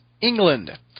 England